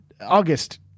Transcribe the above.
August